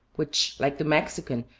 which, like the mexican,